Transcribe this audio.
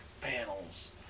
panels